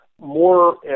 more